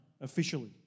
officially